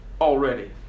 already